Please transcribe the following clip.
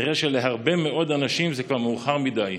נראה שלהרבה מאוד אנשים זה כבר מאוחר מדי.